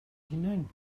hunan